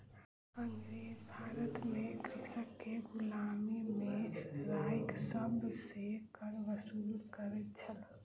अँगरेज भारत में कृषक के गुलामी में राइख सभ सॅ कर वसूल करै छल